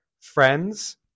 friends